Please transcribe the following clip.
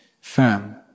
firm